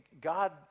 God